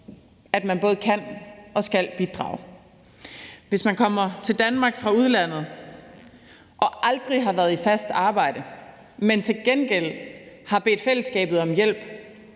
at man både kan og skal bidrage. Hvis man kommer til Danmark fra udlandet og aldrig har været i fast arbejde, men til gengæld har bedt fællesskabet om hjælp